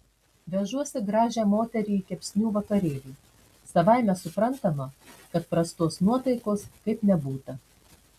vežuosi gražią moterį į kepsnių vakarėlį savaime suprantama kad prastos nuotaikos kaip nebūta